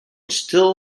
still